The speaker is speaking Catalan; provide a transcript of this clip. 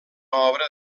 obra